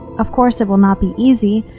of course it will not be easy,